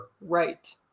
right